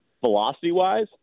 velocity-wise